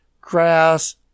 grass